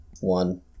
One